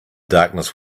darkness